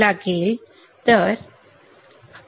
input bias करंटच्या प्रभावाची भरपाई कशी करावी हा एक प्रश्न आहे